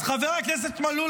אז חבר הכנסת מלול,